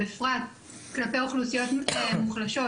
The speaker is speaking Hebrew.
בפרט כלפי אוכלוסיות מוחלשות,